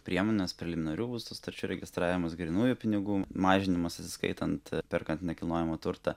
priemonės preliminarių sutarčių registravimas grynųjų pinigų mažinimas atsiskaitant perkant nekilnojamą turtą